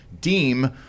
deem